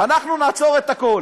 אנחנו נעצור את הכול.